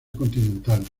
continental